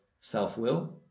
self-will